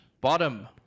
bottom